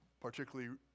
particularly